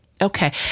Okay